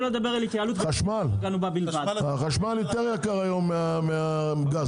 החשמל יותר יקר היום מהגז.